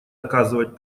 оказывать